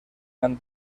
han